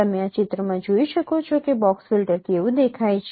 તમે આ ચિત્રમાં જોઈ શકો છો કે બોક્સ ફિલ્ટર કેવું દેખાય છે